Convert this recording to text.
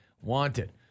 wanted